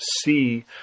see